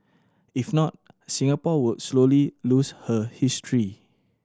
if not Singapore would slowly lose her history